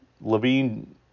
Levine